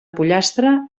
pollastre